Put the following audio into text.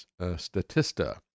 Statista